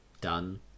done